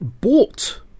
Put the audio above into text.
bought